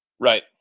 Right